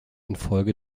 infolge